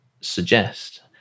suggest